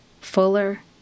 fuller